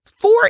four